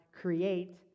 create